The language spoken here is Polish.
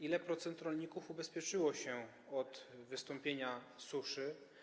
Ile procent rolników ubezpieczyło się od wystąpienia suszy?